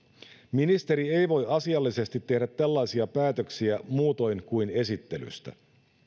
ministeri ei voi asiallisesti tehdä tällaisia päätöksiä muutoin kuin esittelystä